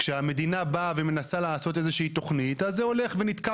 כשהמדינה באה ומנסה לעשות איזושהי תוכנית אז זה הולך ונתקע